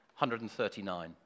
139